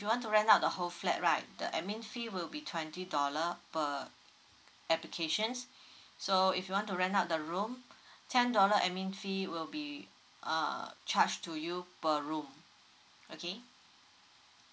want to rent out the whole flat right the admin fee will be twenty dollar per applications so if you want to rent out the room ten dollar admin fee will be uh charge to you per room okay